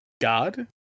God